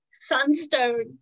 Sandstone